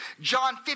John